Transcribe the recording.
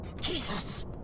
Jesus